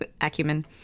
acumen